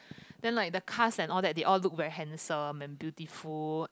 then like the casts and all that the they all looks very handsome and beautiful